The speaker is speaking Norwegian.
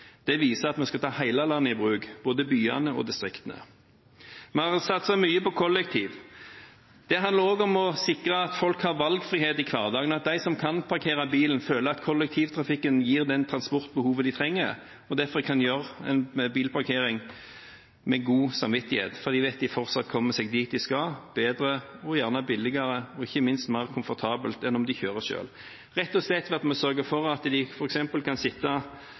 Det viser at vi skal ta hele landet i bruk, både byene og distriktene. Vi har satset mye på kollektivtrafikk. Det handler også om å sikre at folk har valgfrihet i hverdagen, at de som kan parkere bilen, føler at kollektivtrafikken gir dem den transporten de trenger. De kan parkere bilen med god samvittighet fordi de vet at de fortsatt kommer seg dit de skal, bedre, og gjerne billigere, og ikke minst mer komfortabelt enn om de kjører selv – rett og slett ved at vi sørger for at de f.eks. kan sitte